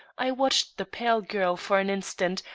i watched the pale girl for an instant,